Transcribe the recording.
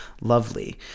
lovely